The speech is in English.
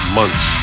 months